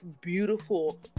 beautiful